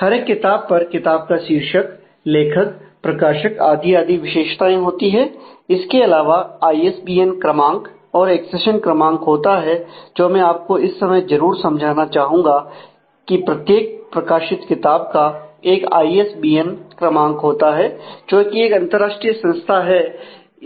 हर एक किताब पर किताब का शीर्षक लेखक प्रकाशक आदि आदि विशेषताएं होती है इसके अलावा आईएसबीएन होता है जो कि एक अंतरराष्ट्रीय संख्या है